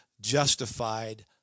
justified